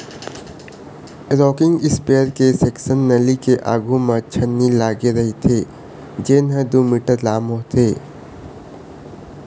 rocking इस्पेयर के section नली के आघू म छन्नी लागे रहिथे जेन ह दू मीटर लाम होथे